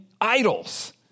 idols